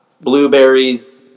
blueberries